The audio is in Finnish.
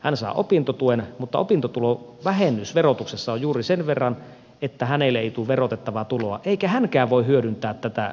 hän saa opintotuen mutta opintotulovähennys verotuksessa on juuri sen verran että hänelle ei tule verotettavaa tuloa eikä hänkään voi hyödyntää tätä lapsivähennystä